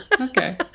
okay